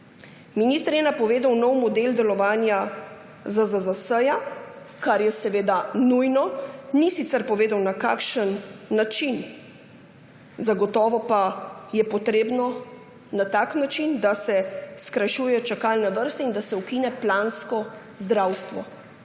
Minister je napovedal nov model delovanja ZZZS, kar je seveda nujno, ni sicer povedal, na kakšen način, zagotovo pa je potrebno na tak način, da se skrajšujejo čakalne vrste in da se ukine plansko zdravstvo.